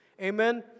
Amen